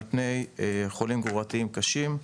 על פני חולים גרורתיים קשים,